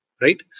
right